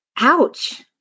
Ouch